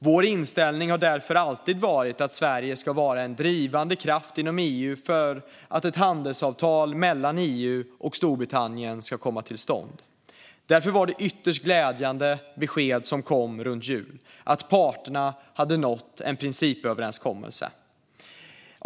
Vår inställning har därför alltid varit att Sverige ska vara en drivande kraft inom EU för att ett handelsavtal mellan EU och Storbritannien ska komma till stånd. Därför var det ett ytterst glädjande besked som kom runt jul: att parterna hade nått en principöverenskommelse.